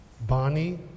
Bonnie